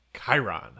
Chiron